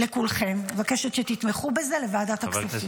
אני מבקשת שתתמכו בזה, לוועדת הכספים.